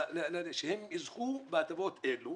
לזכות בהטבות אלו